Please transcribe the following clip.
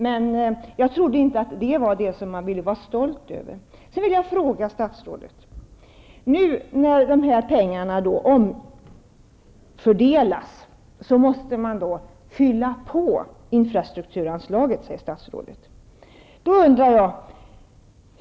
Men jag trodde inte att det var något att vara stolt över. Statsrådet säger att nu när pengarna skall omfördelas, måste infrastrukturanslaget fyllas på.